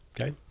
okay